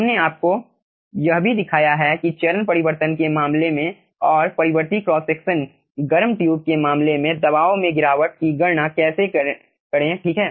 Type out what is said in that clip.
हमने आपको यह भी दिखाया है कि चरण परिवर्तन के मामले में और परिवर्ती क्रॉस सेक्शन गर्म ट्यूब के मामले में दबाव में गिरावट की गणना कैसे करें ठीक है